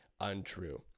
untrue